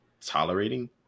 tolerating